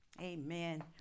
Amen